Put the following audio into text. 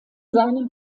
seinem